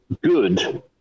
good